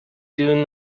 doing